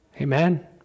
Amen